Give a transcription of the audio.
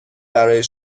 برای